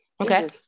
Okay